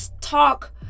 talk